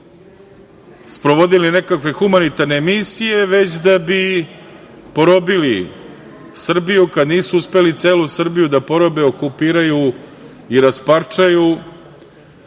sprovodili nekakve humanitarne misije, već da bi probili Srbiju. Kad nisu uspeli celu Srbiju da porobe, okupiraju i rasparčaju,